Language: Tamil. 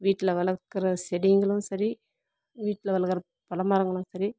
வீட்டில் வளர்க்கிற செடிங்களும் சரி வீட்டில் வளர்க்கிற பல மரங்களும் சரி